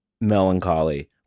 melancholy